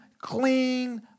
clean